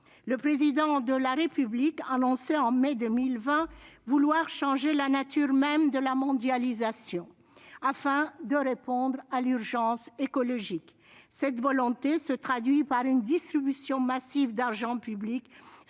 Le Président de la République annonçait en mai 2020 vouloir « changer la nature même de la mondialisation » afin de répondre à l'urgence écologique. Cette volonté se traduit par une distribution massive d'argent public,